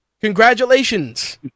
Congratulations